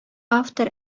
автор